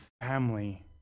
family